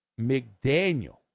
McDaniel